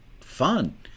fun